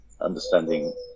understanding